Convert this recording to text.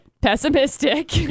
pessimistic